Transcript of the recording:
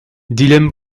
dilemme